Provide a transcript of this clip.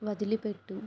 వదిలిపెట్టు